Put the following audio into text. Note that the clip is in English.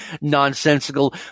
nonsensical